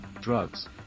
drugs